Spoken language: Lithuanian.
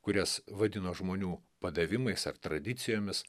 kurias vadino žmonių padavimais ar tradicijomis